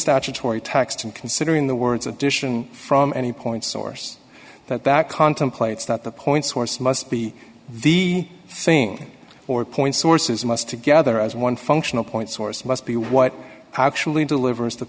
statutory text and considering the words edition from any point source that that contemplates that the point source must be the thing or point sources must together as one functional point source must be what actually delivers the